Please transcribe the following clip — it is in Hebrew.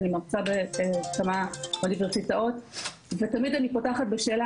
אני מרצה בכמה אוניברסיטאות ותמיד אני פותחת בשאלה,